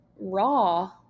raw